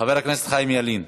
חבר הכנסת חיים ילין,